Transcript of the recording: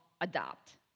adopt